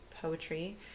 poetry